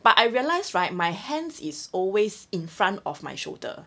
but I realise right my hands is always in front of my shoulder